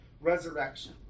resurrection